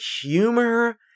humor